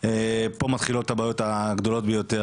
פה מתחילות הבעיות הגדולות ביותר.